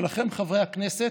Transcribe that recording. שלכם, חברי הכנסת,